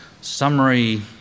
summary